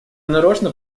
нарочно